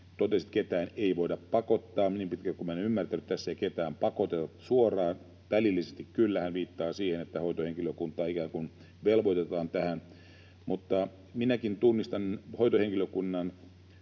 totesi, että ketään ei voida pakottaa. Niin pitkälle kuin minä olen ymmärtänyt, tässä ei ketään pakoteta suoraan, välillisesti kyllä. Hän viittaa siihen, että hoitohenkilökuntaa ikään kuin velvoitetaan tähän. Minäkin tunnistan hoitohenkilökunnan